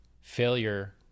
failure